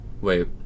Wait